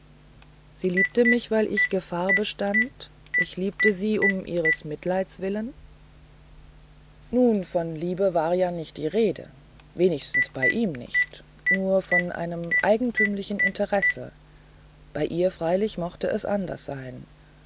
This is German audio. sie liebte mich weil ich gefahr bestand ich liebte sie um ihres mitleids willen nun von liebe war ja nicht die rede bei ihm wenigstens nicht nur von einem eigentümlichen interesse bei ihr freilich mochte es anders sein